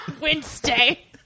Wednesday